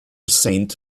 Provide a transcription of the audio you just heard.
saint